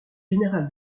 général